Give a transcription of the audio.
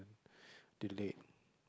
delayed